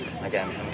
again